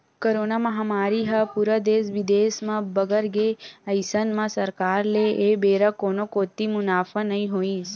corona महामारी ह पूरा देस बिदेस म बगर गे अइसन म सरकार ल ए बेरा कोनो कोती ले मुनाफा नइ होइस